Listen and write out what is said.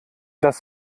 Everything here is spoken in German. das